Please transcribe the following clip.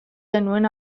genuen